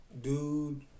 Dude